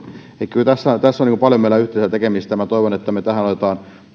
kyllä tässä on paljon meillä yhteistä tekemistä minä toivon että me tähän otamme